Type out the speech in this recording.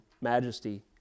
majesty